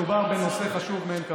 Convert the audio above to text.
מדובר בנושא חשוב מאין כמוהו.